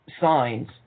signs